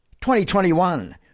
2021